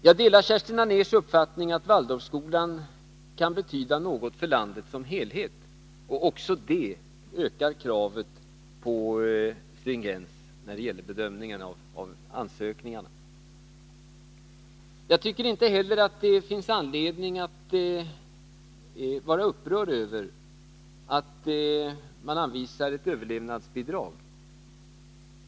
Jag delar Kerstin Anérs uppfattning att Waldorfskolan kan betyda någonting för landet som helhet, och det ökar kravet på stringens när det gäller bedömningen av ansökningarna. Jag tycker inte heller att det finns anledning att vara upprörd över att man anvisar ett överlevnadsbidrag.